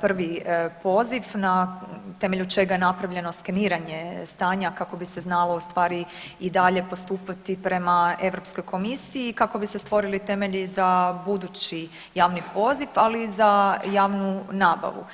prvi poziv na temelju čega je napravljeno skeniranje stanja kako bi se znalo u stvari i dalje postupati prema Europskoj komisiji i kako bi se stvorili temelji za budući javni poziv, ali i za javnu nabavu.